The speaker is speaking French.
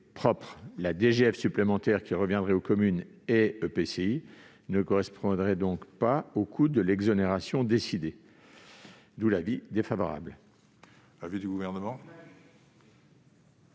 La DGF supplémentaire qui reviendrait aux communes et EPCI ne correspondrait donc pas au coût de l'exonération décidée. L'avis est défavorable.